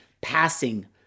passing